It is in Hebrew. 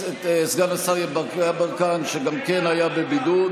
וסגן השר יברקן, שגם כן היה בבידוד.